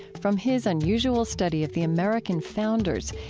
from his unusual study of the american founders,